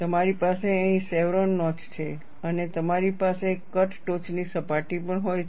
તમારી પાસે અહીં શેવરોન નોચ છે અને તમારી પાસે કટ ટોચની સપાટી પણ હોય છે